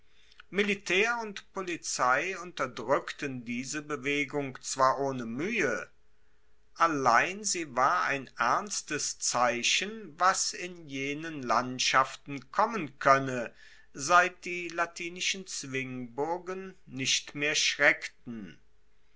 militaer und polizei unterdrueckten diese bewegung zwar ohne muehe allein sie war ein ernstes zeichen was in jenen landschaften kommen koenne seit die latinischen zwingburgen nicht mehr schreckten